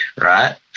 right